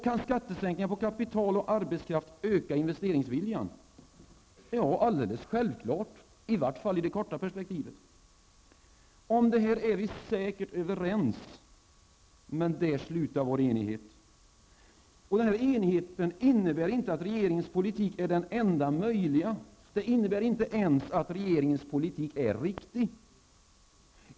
Kan skattesänkningar på kapital och arbetskraft öka investeringsviljan? Ja, självklart, i varje fall i det korta perspektivet. Om detta är vi säkert överens, men där slutar också vår enighet. Denna enighet innebär inte att regeringens politik är den enda möjliga, inte ens att regeringens politik är riktig.